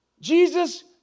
Jesus